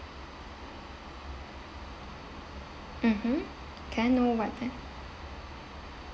mmhmm can I know what time